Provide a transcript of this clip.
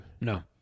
no